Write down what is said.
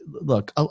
look